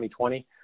2020